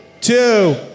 two